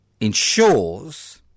ensures